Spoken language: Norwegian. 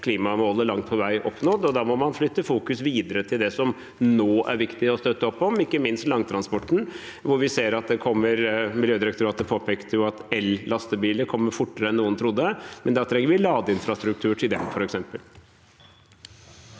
klimamålet langt på vei er oppnådd, og da må man flytte fokuset videre til det som nå er viktig å støtte opp om, ikke minst langtransporten. Miljødirektoratet påpekte at ellastebiler kommer fortere enn noen trodde, men da trenger vi ladeinfrastruktur for dem.